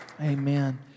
Amen